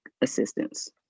assistance